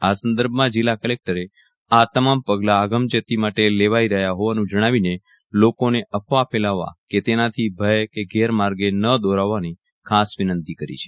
આ સંદર્ભમાં જિલ્લા કલેકટરે આ તમામ પગલાં આગમચેતી માટે લેવાઇ રહ્યા હોવાનું જણાવીને લોકોને અફવા ફેલાવવા કે તેનાથી ભય ગેરમાર્ગે ન દોરાવાની ખાસ વિનંતી કરી છે